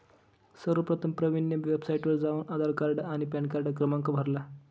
सर्वप्रथम प्रवीणने वेबसाइटवर जाऊन आधार कार्ड आणि पॅनकार्ड क्रमांक भरला